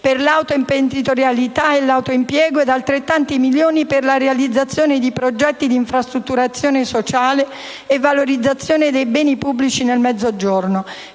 per l'autoimprenditorialità e l'autoimpiego ed altrettanti milioni per la realizzazione di progetti di infrastrutturazione sociale e valorizzazione dei beni pubblici nel Mezzogiorno,